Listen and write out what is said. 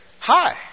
hi